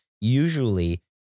usually